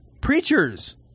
preachers